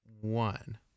one